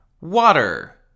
water